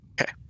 okay